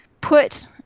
Put